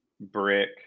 brick